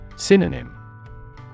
Synonym